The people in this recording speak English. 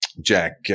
Jack